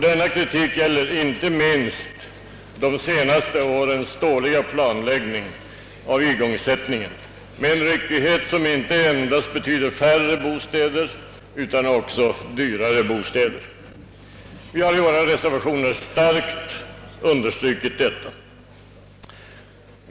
Denna kritik gäller inte minst de senaste årens dåliga planläggning av igångsättningen med en ryckighet som inte endast betyder färre bostäder utan också dyrare bostäder. Vi har i våra reservationer starkt understrukit detta.